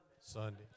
Sunday